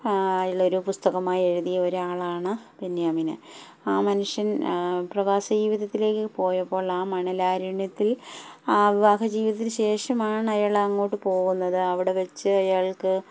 അയാൾ ഒരു പുസ്തകമായി എഴുതിയ ഒരാളാണ് ബെന്യാമിന് ആ മനുഷ്യൻ പ്രവാസി ജീവിതത്തിലേക്ക് പോയപ്പോൾ ആ മണലാരുണ്യത്തിൽ ആ വിവാഹ ജീവിതത്തിന് ശേഷമാണ് അയാൾ അങ്ങോട്ട് പോകുന്നത് അവിടെ വെച്ച് അയാൾക്ക്